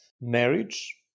marriage